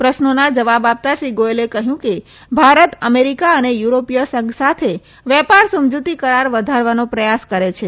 પ્રશ્નોના જવાબ આપતાં શ્રી ગોથલે કહયું કે ભારત અમેરીકા અને યુરોપીય સંઘ સાથે વેપાર સમજીતી કરાર વધારવાનો પ્રયાસ કરે છે